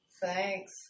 thanks